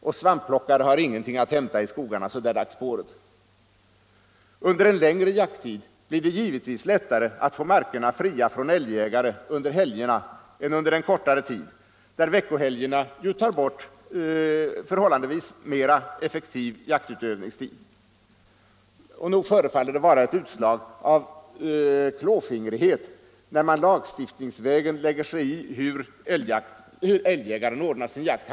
Och svampplockare har ingenting att hämta i skogarna vid den tiden på året. Under en längre jakttid blir det givetvis lättare att få markerna fria från älgjägare under helgerna än under en kortare tid där veckohelgerna ju tar bort förhål landevis mera effektiv jaktutövningstid. Nog förefaller det vara ett utslag av klåfingrighet, när man lagstiftningsvägen lägger sig i hur älgjägaren ordnar sin jakt.